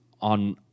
on